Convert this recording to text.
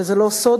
וזה לא סוד,